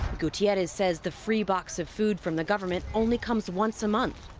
gutierrez says the free box of food from the government only comes once a month,